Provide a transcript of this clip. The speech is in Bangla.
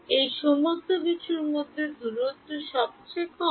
এই সমস্ত কিছুর মধ্যে সবচেয়ে দূরত্ব সবচেয়ে কম